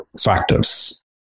factors